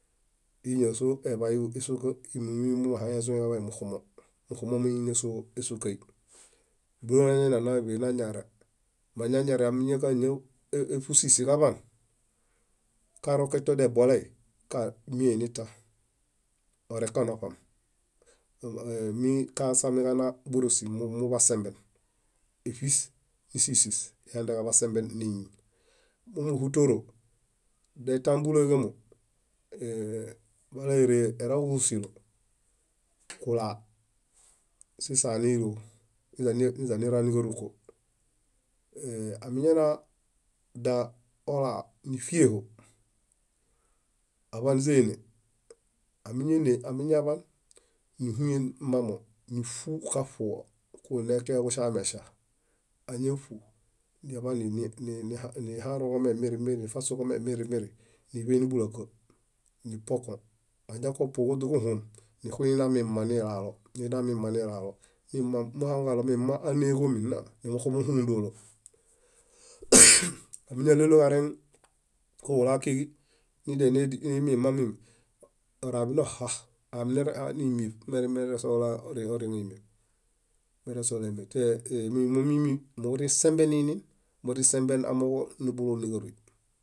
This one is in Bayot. íñáso eḃayu isuka mimi muɦaŋezuniġaḃai muxumo. Muxumo muini ñásoo ésukai, dónañana náḃe nañare mañañare kañaṗui sísis kaḃaan kareken todebolai, ímiehe nitah orenka noṗam mikasamiġana bórosi muḃasemben, éṗis nísisis ihanden kaḃasemben néñi. Momuhutoro detã búleġamo, wala ére erau kúsilo, kula, sisa niru niźanira níkaruko. Amiñana daa, ola nífieho, aḃaniźainé, ámiñane, amiñaḃan níhuyen mamo, níṗu kaṗuġo kiġune kuŝameŝa. añaṗu aḃan nifaśuġomia mirimiri nipuoko añakopuoġoźa kóɦom, nixunina mimanilaalo. Muhaŋuġalo mima áneġomiɭã nimukumuhũ dólo. amiñaɭélo kareŋ kiġula kíġi, oraḃinoɦa. meresohula oreŋímieṗ temiminmimi murin semben inĩn murin semben amooġo níġarui